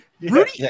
Rudy